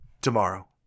tomorrow